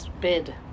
bid